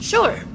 Sure